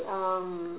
um